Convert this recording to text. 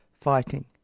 fighting